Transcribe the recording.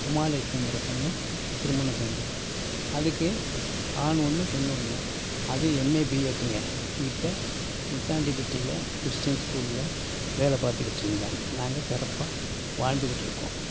உமாலெஷ்மிங்கிற பெண்ணை திருமணம் செஞ்சோம் அதுக்கு ஆண் ஒன்று பெண் ஒன்று அது எம்ஏ பிஎட்டுங்க இப்போ முத்தாண்டி பட்டியில் கிறிஸ்டின்ஸ் ஸ்கூலில் வேலை பாத்துக்கிட்டுருங்க நாங்கள் சிறப்பா வாழ்ந்துக்கிட்டு இருக்கோம்